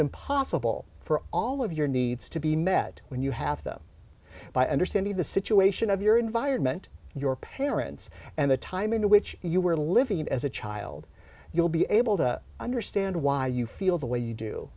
impossible for all of your needs to be met when you have them by understanding the situation of your environment your parents and the time in which you were living as a child you'll be able to understand why you feel the way you do